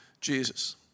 Jesus